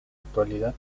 actualidad